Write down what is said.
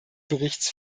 berichts